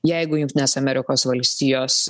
jeigu jungtinės amerikos valstijos